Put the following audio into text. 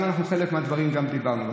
על חלק מהדברים גם דיברנו.